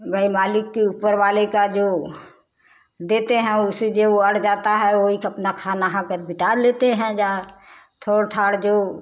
भई मालिक के ऊपर वाले का जो देते हैं उसे जो अड़ जाता है वही के अपना खा नहाकर बिता लेते हैं जा थोड़ थाड़ जो